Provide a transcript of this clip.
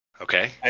Okay